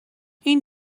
این